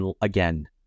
again